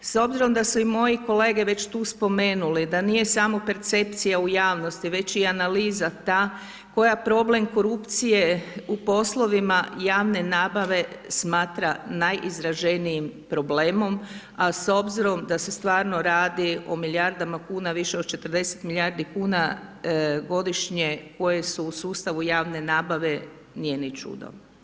S obzirom da su i moji kolege već tu spomenuli da nije samo percepcija u javnosti već i analiza ta koja problem korupcije u poslovima javne nabave smatra najizraženijim problemom, a s obzirom da se stvarno radi o milijardama kuna, više od 40 milijardi kuna godišnje koje su u sustavu javne nabave, nije ni čudo.